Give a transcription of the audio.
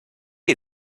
you